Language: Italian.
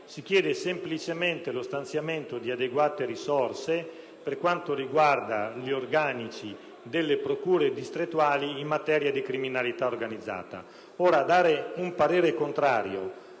si chiede semplicemente lo stanziamento di adeguate risorse per quanto riguarda gli organici delle procure distrettuali in materia di criminalità organizzata. Esprimere parere contrario